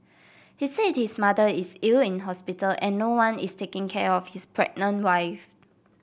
he said his mother is ill in hospital and no one is taking care of his pregnant wife